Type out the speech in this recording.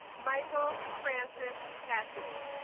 michael francis cassidy